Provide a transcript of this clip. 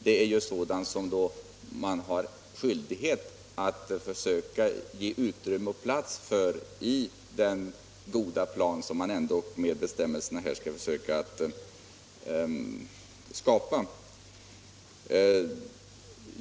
Det är ju sådant som man har skyldighet att försöka ge utrymme för i den goda plan som man ändå med dessa bestämmelser skall försöka skapa.